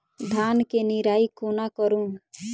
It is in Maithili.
धान केँ निराई कोना करु?